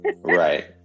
Right